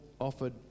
offered